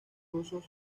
rusos